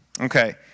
Okay